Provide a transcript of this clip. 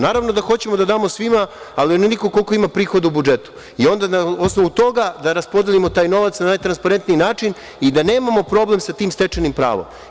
Naravno da hoćemo da damo svima, ali onoliko koliko ima prihoda u budžetu i onda na osnovu toga da raspodelimo taj novac na najtransparentniji način i da nemamo problem sa tim stečenim pravom.